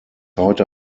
heute